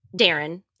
Darren